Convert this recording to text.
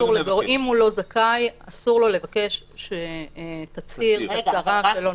אם הוא לא זכאי אסור לו לבקש שתצהיר הצהרה --- רגע,